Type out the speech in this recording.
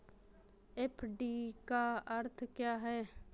FD का अर्थ क्या है?